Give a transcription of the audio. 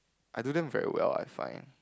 I do them very well I find